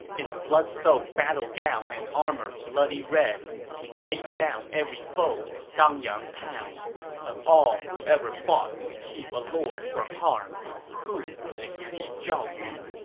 in blood-soaked battle gown and armor bloody red he faced down every foe at dangyang town of all who ever fought to keep a lord from harm who could exceed zhao yun,